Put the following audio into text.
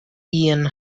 ian